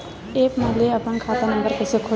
App म ले अपन खाता नम्बर कइसे खोलहु?